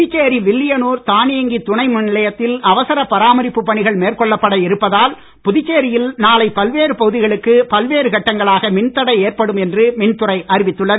புதுச்சேரி வில்லியனூர் தானியங்கி துணை மின் நிலையத்தில் அவசர பராமரிப்புப் பணிகள் மேற்கொள்ளப்பட இருப்பதால் புதுச்சேரியில் நாளை பல்வேறு பகுதிகளுக்கு பல்வேறு கட்டங்களாக மின்தடை ஏற்படும் என்று மின்துறை அறிவித்துள்ளது